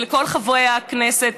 ולכל חברי הכנסת,